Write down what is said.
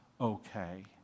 okay